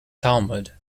talmud